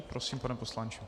Prosím, pane poslanče.